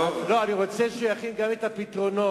אני רוצה שהוא יכין גם את הפתרונות,